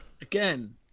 again